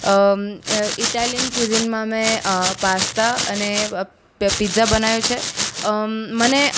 Italian ક્વિઝીનમાં મેં pasta અને પિઝા બનાવ્યો છે મને